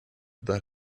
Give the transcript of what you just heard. that